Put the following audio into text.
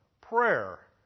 prayer